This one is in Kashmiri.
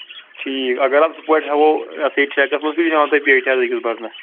ٹھیٖک اگر حظ اَصٕل پٲٹھۍ ہیٚوو ٹھیکَس منٛز گژھِ جان پیٹہِ أکِس حظ برنس